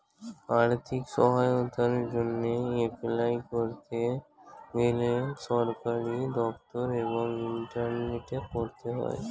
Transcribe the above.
আর্থিক সহায়তার জন্যে এপলাই করতে গেলে সরকারি দপ্তর এবং ইন্টারনেটে করতে হয়